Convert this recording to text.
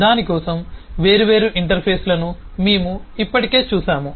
దాని కోసం వేర్వేరు ఇంటర్ఫేస్ లను మేము ఇప్పటికే చూశాము